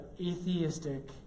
atheistic